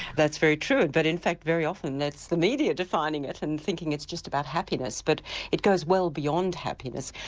that's very true, but in fact very often that's the media defining it and thinking it's just about happiness but it goes well beyond happiness.